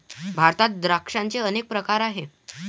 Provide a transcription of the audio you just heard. भारतात द्राक्षांचे अनेक प्रकार आहेत